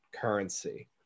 currency